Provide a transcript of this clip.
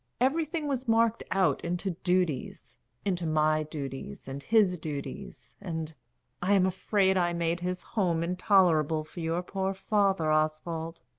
everything was marked out into duties into my duties, and his duties, and i am afraid i made his home intolerable for your poor father, oswald.